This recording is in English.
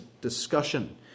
discussion